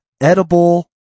edible